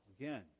again